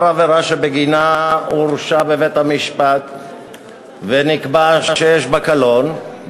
עבירה שבגינה הוא הורשע בבית-המשפט ונקבע שיש בה קלון,